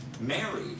Mary